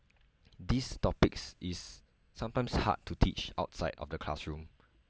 these topics is sometimes hard to teach outside of the classroom